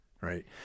Right